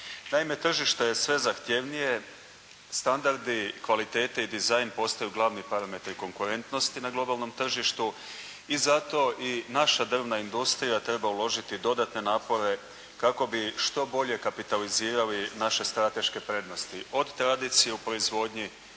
Naime, tržište je sve zahtjevnije, standardi kvalitete i dizajn postaju glavni parametri konkurentnosti na globalnom tržištu i zato i naša drvna industrija treba uložiti dodatne napore kako bi što bolje kapitalizirali naše strateške prednosti od tradicije u proizvodnji,